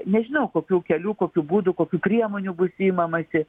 nežinau kokių kelių kokių būdų kokių priemonių bus imamasi